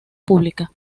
pública